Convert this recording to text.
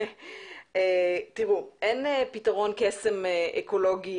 אין פתרון קסם אקולוגי